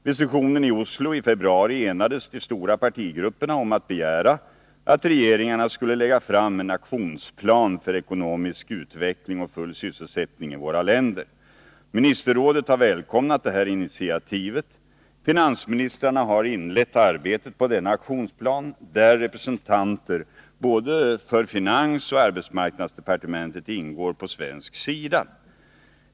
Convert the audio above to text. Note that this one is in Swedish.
Vid sessionen i Osloi februari enades de stora partigrupperna om att begära att regeringarna skulle lägga fram en aktionsplan för ekonomisk utveckling och full sysselsättning i våra länder. Ministerrådet välkomnade detta initiativ. Finansministrarna har inlett arbetet på denna aktionsplan, där representanter för både finansoch arbetsmarknadsdepartementet ingår på svensk sida.